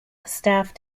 staff